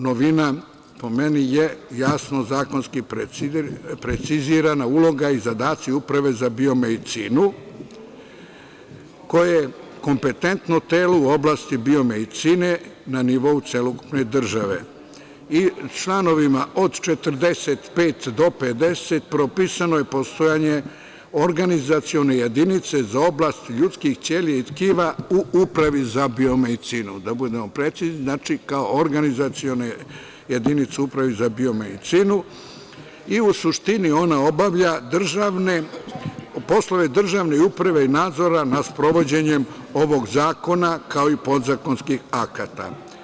Sedma novina, po meni je jasno zakonski precizirana uloga i zadaci Uprave za biomedicinu koje kompetentno telu u oblasti biomedicine na nivou celokupne države i članovima od 45 do 50 propisano je postojanje organizacione jedinice iz oblasti ljudskih ćelija i tkiva u Upravi za biomedicinu, da budemo precizni, znači, kao organizacione jedinice Uprave za biomedicinu i u suštini ona obavlja poslove državne uprave i nadzora nad sprovođenjem ovog zakona, kao i podzakonskih akata.